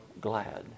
glad